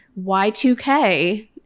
Y2K